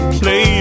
play